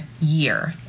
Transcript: year